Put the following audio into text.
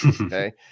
Okay